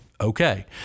okay